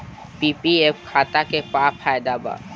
PPF खाता के का फायदा बा?